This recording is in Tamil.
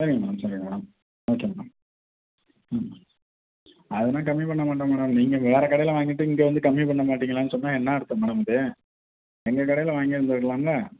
சரிங்க மேடம் சரிங்க மேடம் ஓகே மேடம் ம் அதெலாம் கம்மி பண்ண மாட்டோம் மேடம் நீங்கள் வேறு கடையில் வாங்கிவிட்டு இங்கே வந்து கம்மி பண்ண மாட்டிங்களான்னு சொன்னால் என்ன அர்த்தம் மேடம் இது எங்கள் கடையில் வாங்கி இருந்துருக்கலாம்ல